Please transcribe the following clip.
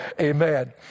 amen